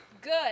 Good